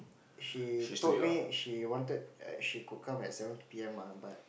she told me she wanted she could come at seven P_M ah but